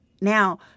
Now